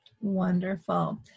Wonderful